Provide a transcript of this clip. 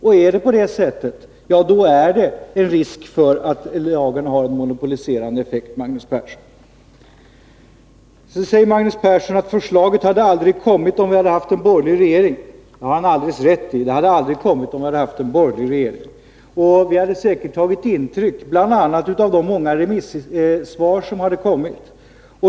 Och är det på det sättet, då finns det risk för att lagen har en monopoliserande effekt, Magnus Persson. Sedan säger Magnus Persson att förslaget aldrig hade lagts fram om vi hade haft en borgerlig regering. Det har han alldeles rätt i! Vi hade säkert tagit intryck av bl.a. de många remissvaren.